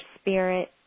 spirit